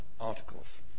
articles